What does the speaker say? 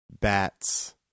bats